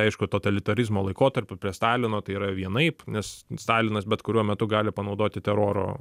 aišku totalitarizmo laikotarpiu prie stalino tai yra vienaip nes stalinas bet kuriuo metu gali panaudoti teroro